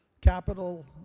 capital